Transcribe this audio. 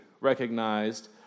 recognized